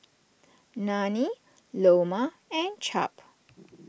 Nanie Loma and Cap